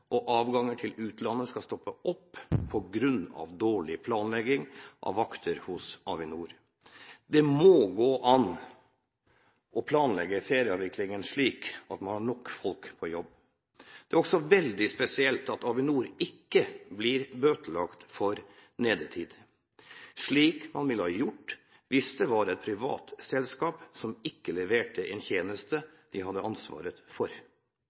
og avganger til utlandet skal stoppe opp på grunn av dårlig planlegging av vakter hos Avinor. Det må gå an å planlegge ferieavviklingen slik at man har nok folk på jobb. Det er også veldig spesielt at Avinor ikke blir bøtelagt for nedetid, slik man ville ha gjort hvis det var et privat selskap som ikke leverte en tjeneste de hadde ansvaret for.